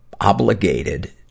obligated